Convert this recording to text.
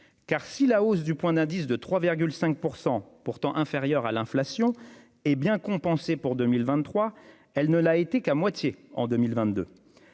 Si la hausse du point d'indice de 3,5 %, soit un taux inférieur à celui de l'inflation, est bien compensée pour 2023, elle ne l'a été qu'à moitié pour 2022.